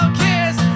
kiss